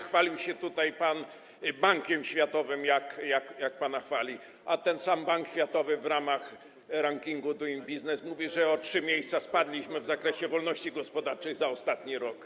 Chwalił się tutaj pan Bankiem Światowym, tym, jak pana chwali, a ten sam Bank Światowy w ramach rankingu Doing Business mówi, że o trzy miejsca spadliśmy w zakresie wolności gospodarczej za ostatni rok.